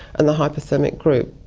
and the hyperthermic groups.